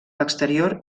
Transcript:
l’exterior